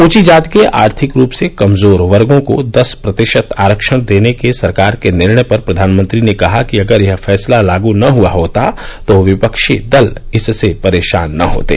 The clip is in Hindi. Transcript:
ऊंची जाति के आर्थिक रूप से कमजोर वर्गो को दस प्रतिशत आरक्षण देने के सरकार के निर्णय पर प्रधानमंत्री ने कहा कि अगर यह फैसला लागू न हुआ होता तो विपक्षी दल इससे परेशान न होते